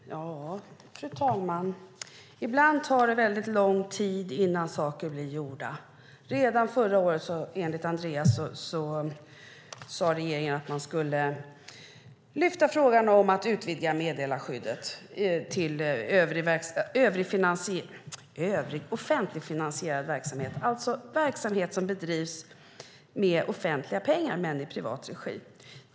Fru talman! Ibland tar det lång tid innan saker blir gjorda. Redan förra året, enligt Andreas, sade regeringen att man skulle se över frågan om att utvidga meddelarskyddet till övrig offentligfinansierad verksamhet, alltså verksamhet som bedrivs med offentliga pengar men i privat regi.